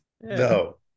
No